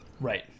right